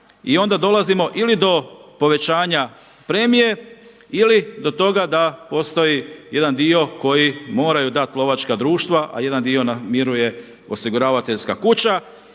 i onda dolazimo ili do povećanja do premije ili do toga da postoji jedan dio koji moraju dati lovačka društva, a jedan dio namiruje osiguravateljska kuća.